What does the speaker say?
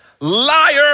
liar